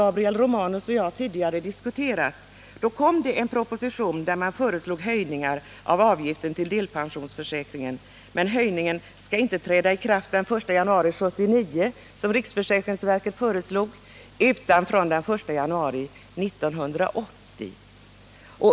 Detta har Gabriel Romanus och jag tidigare diskuterat. Man föreslog höjning av avgiften till delpensionsförsäkringen, men den skulle inte träda i kraft den 1 januari 1979 som riksförsäkringsverket föreslog utan den 1 januari 1980.